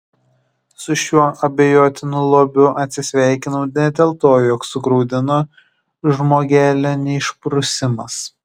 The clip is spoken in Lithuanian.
su šiuo abejotinu lobiu atsisveikinau ne dėl to jog sugraudino žmogelio neišprusimas